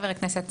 חבר הכנסת,